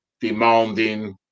demanding